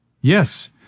Yes